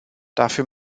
dafür